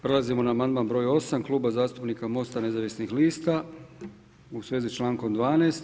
Prelazimo na amandman broj 7 Kluba zastupnika Mosta nezavisnih lista u svezi s člankom 12.